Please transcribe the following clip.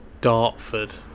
Dartford